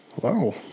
wow